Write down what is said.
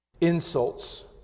Insults